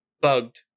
bugged